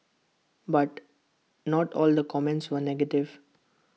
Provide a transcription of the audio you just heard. but not all the comments were negative